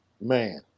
Man